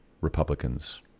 Republicans